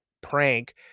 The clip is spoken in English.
prank